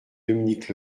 dominique